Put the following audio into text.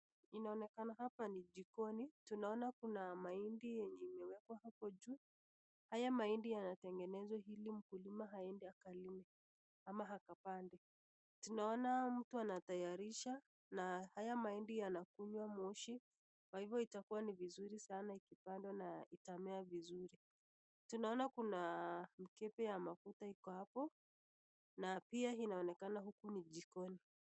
Inaonekana hapa ni jikoni, tunaona kuna mahindi yenye imewekwa hapo juu, haya mahindi yanatengenezwa ili mkulima aende akalime ama akapende, tunaona mtu anatayarisha na na haya mahindi yanakaunywa moshi kwa hivo itakuwa nivizuri sana ikipandwa na itamea vizuri, tunaona kuna mkebe ya mafuta iko hapo na pia inaonekana huku ni jikoni.